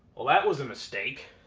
well that was a mistake.